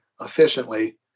efficiently